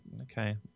Okay